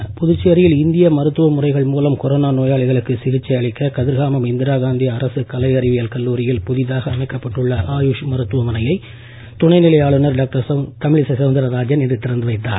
தமிழிசை புதுச்சேரியில் இந்திய மருத்துவ முறைகள் மூலம் கொரோனா நோயாளிகளுக்கு சிகிச்சை அளிக்க கதிர்காமம் இந்திராகாந்தி அரசு கலை அறிவியல் கல்லூரியில் புதிதாக அமைக்கப்பட்டுள்ள ஆயுஷ் மருத்துவமனையை துணை நிலை ஆளுநர் டாக்டர் தமிழிசை சவுந்தரராஜன் இன்று திறந்து வைத்தார்